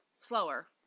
slower